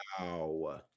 wow